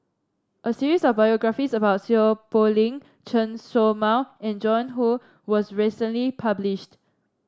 a series of biographies about Seow Poh Leng Chen Show Mao and Joan Hon was recently published